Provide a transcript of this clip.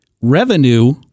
revenue